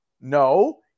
No